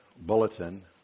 bulletin